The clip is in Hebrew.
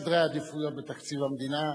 בגלל סדר העדיפויות בתקציב המדינה,